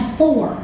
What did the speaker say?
four